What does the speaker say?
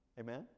Amen